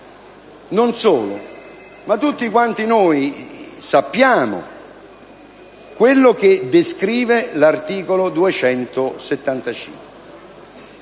Non solo. Tutti quanti noi sappiamo quello che prevede l'articolo 275,